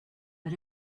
but